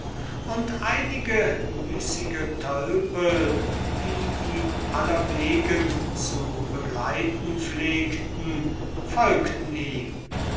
und einige müßige tölpel die ihn allerwegen zu begleiten pflegten folgten ihm